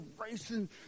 racing